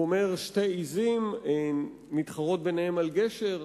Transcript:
הוא אומר: שתי עזים מתחרות ביניהן על גשר,